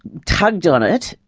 tugged on it,